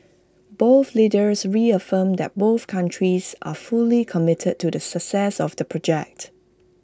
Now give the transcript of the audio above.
both leaders reaffirmed that both countries are fully committed to the success of the project